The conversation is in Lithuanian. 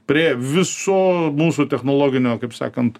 prie viso mūsų technologinio kaip sakant